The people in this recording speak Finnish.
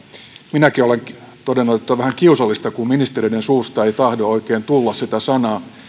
minäkin olen todennut että on vähän kiusallista kun ministereiden suusta ei tahdo oikein tulla sitä sanaa